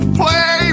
play